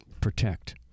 protect